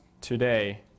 today